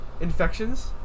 infections